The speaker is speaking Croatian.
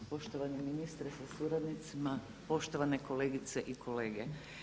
Poštovani ministre sa suradnicima, poštovane kolegice i kolege.